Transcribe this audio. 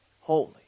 holy